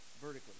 vertically